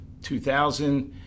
2000